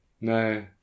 No